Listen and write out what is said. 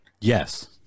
Yes